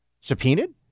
subpoenaed